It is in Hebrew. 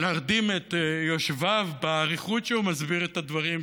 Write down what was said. להרדים את יושביו באריכות שהוא מסביר את הדברים,